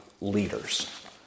leaders